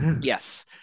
Yes